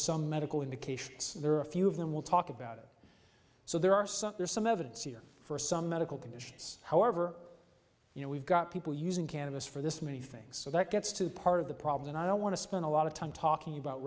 some medical indications there are a few of them will talk about it so there are some there's some evidence here for some medical conditions however you know we've got people using cannabis for this many things so that gets to part of the problem and i don't want to spend a lot of time talking about